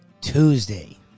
Tuesday